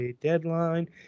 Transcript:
deadline